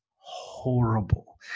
horrible